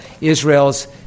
israel's